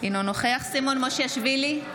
אינו נוכח סימון מושיאשוילי,